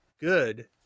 good